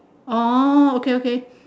orh okay okay